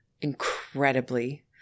incredibly